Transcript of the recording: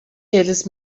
eles